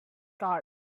cards